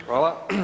Hvala.